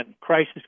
crisis